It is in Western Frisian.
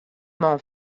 man